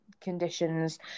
conditions